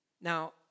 Now